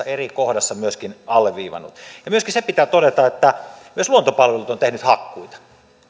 eri kohdassa myöskin alleviivannut ja myöskin se pitää todeta että myös luontopalvelut on tehnyt hakkuita